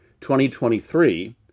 2023